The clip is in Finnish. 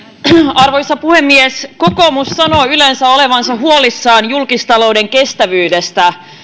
arvoisa puhemies kokoomus sanoo yleensä olevansa huolissaan julkistalouden kestävyydestä